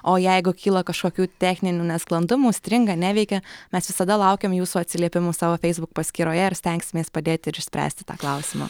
o jeigu kyla kažkokių techninių nesklandumų stringa neveikia mes visada laukiam jūsų atsiliepimų savo facebook paskyroje ir stengsimės padėti ir išspręsti tą klausimą